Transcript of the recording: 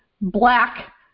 black